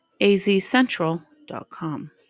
AZCentral.com